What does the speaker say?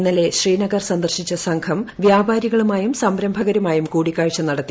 ഇന്നലെ ശ്രീനഗർ സന്ദർശിച്ച സംഘം വ്യാപാരികളുമായും സംരംഭകരുമായും കൂടിക്കാഴ്ച നടത്തി